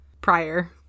prior